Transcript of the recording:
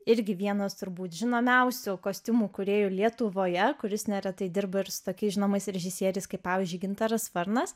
irgi vienas turbūt žinomiausių kostiumų kūrėjų lietuvoje kuris neretai dirba ir su tokiais žinomais režisieriais kaip pavyzdžiui gintaras varnas